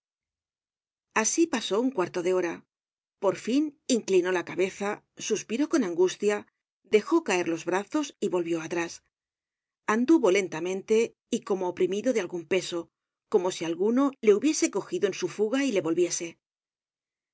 asi pasó un cuarto de hora por fin inclinó la cabeza suspiró con angustia dejó caer los brazos y volvió atrás anduvo lentamente y como oprimido de algun peso como si alguno le hubiese cogido en su fuga y le volviese